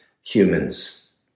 humans